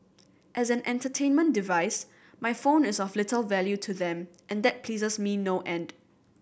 as an entertainment device my phone is of little value to them and that pleases me no end